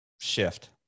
shift